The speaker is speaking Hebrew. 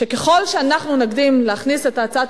שככל שאנחנו נקדים להכניס את הצעת